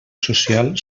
social